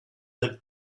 had